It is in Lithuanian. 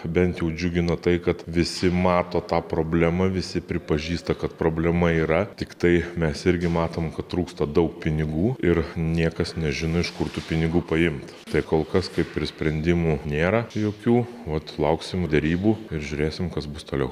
bent jau džiugina tai kad visi mato tą problemą visi pripažįsta kad problema yra tiktai mes irgi matom kad trūksta daug pinigų ir niekas nežino iš kur tų pinigų paimt tai kol kas kaip ir sprendimų nėra jokių vot lauksim derybų ir žiūrėsim kas bus toliau